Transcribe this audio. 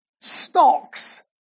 stocks